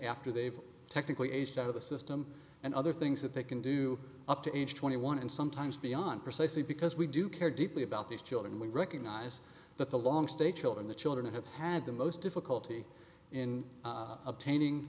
after they've technically aged out of the system and other things that they can do up to age twenty one and sometimes beyond precisely because we do care deeply about these children we recognize that the long state children the children have had the most difficulty in obtaining